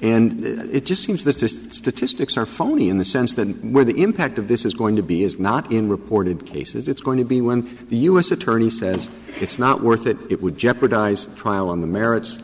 and it just seems that the statistics are phony in the sense that where the impact of this is going to be is not in reported cases it's going to be when the u s attorney says it's not worth it it would jeopardize trial on the merits